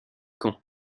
camp